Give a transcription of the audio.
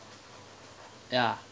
ya